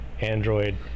android